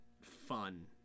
fun